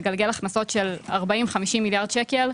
מגלגל הכנסות של 50-40 מיליארד שקלים.